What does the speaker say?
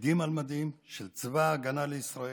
"עדים במדים" של צבא ההגנה לישראל,